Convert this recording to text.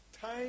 Time